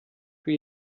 wie